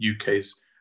UK's